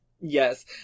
yes